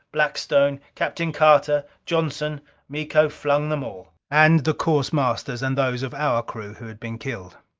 blackstone, captain carter, johnson miko flung them all. and the course masters and those of our crew who had been killed.